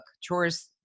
Chores